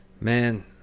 Man